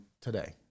today